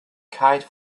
kite